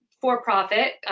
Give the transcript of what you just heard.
for-profit